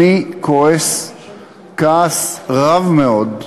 אני כועס כעס רב מאוד,